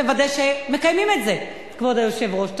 לוודא שמקיימים את זה, כבוד היושב-ראש.